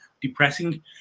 depressing